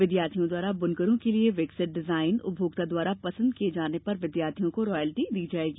विद्यार्थियों द्वारा बुनकरों के लिए विकसित डिजाइन उपभोक्ता द्वारा पसंद किये जाने पर विद्यार्थियों को रायल्टी दी जायेगी